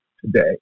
today